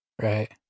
Right